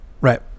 right